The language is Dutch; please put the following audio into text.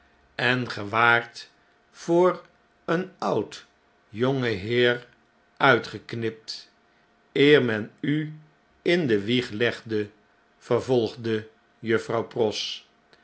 en ge waart voor een oud jongenheer uitgeknipt eer men u in de wieg legde vervolgde juffrouw pross